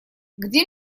где